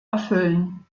erfüllen